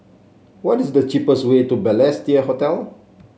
what is the cheapest way to Balestier Hotel